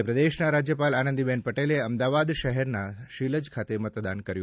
મધ્યપ્રદેશના રાજયપાલ આનંદીબેન પટેલે અમદાવાદ શહેરના શીલજ ખાતે મતદાન કર્યું